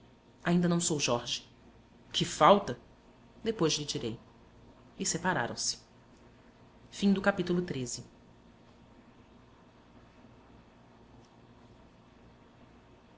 ainda não sou jorge que falta depois lhe direi e separaram-se as